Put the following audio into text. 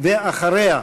אחריה,